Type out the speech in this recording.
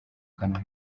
kanwa